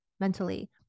mentally